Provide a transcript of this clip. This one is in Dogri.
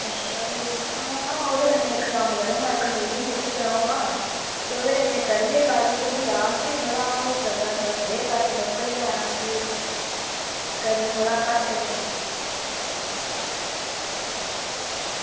आं अच्छा भी इक्क कम्म करो आं इक्क मिटिंग फिक्स कराओ आं ओह्दे कन्नै करगे गल्ल ते उसगी आक्खगे थोह्ड़ा होई सकदा ते दे घट्ट अस लोकल गै न ते करो थोह्ड़ा घट्ट करो